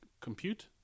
compute